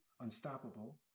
Unstoppable